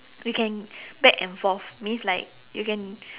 you can back and forth means like you can